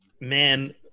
man